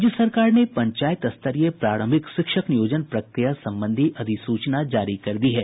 राज्य सरकार ने पंचायत स्तरीय प्रारंभिक शिक्षक नियोजन प्रक्रिया संबंधी अधिसूचना जारी कर दी है